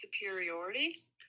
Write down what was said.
superiority